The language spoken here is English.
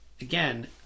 again